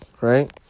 Right